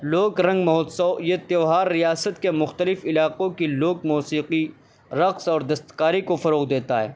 لوک رنگ مہوتسو یہ تہوار ریاست کے مختلف علاقوں کی لوک موسیقی رقص اور دستکاری کو فروغ دیتا ہے